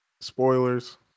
spoilers